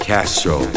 Castro